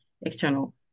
External